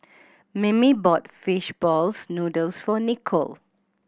Mimi brought fish balls noodles for Nicolle